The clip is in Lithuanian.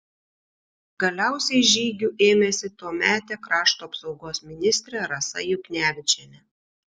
galiausiai žygių ėmėsi tuometė krašto apsaugos ministrė rasa juknevičienė